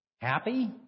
Happy